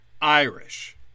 Irish